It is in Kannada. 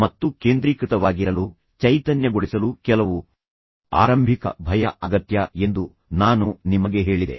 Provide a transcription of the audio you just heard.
ಮತ್ತು ಕೇಂದ್ರೀಕೃತವಾಗಿರಲು ಮತ್ತು ನಿಮ್ಮನ್ನು ಚೈತನ್ಯಗೊಳಿಸಲು ಕೆಲವು ಆರಂಭಿಕ ಭಯ ಅಗತ್ಯ ಎಂದು ನಾನು ನಿಮಗೆ ಹೇಳಿದೆ